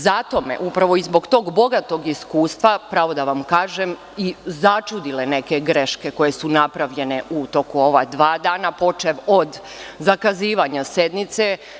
Zato su me, upravo zbog tog bogatog iskustva, pravo da vam kažem, začudile neke greške koje su napravljene u toku ova dva dana, počev od zakazivanja sednice.